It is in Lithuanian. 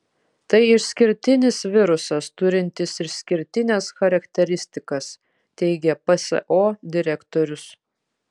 tai išskirtinis virusas turintis išskirtines charakteristikas teigia pso direktorius